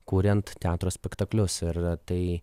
kuriant teatro spektaklius ir tai